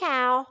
Cow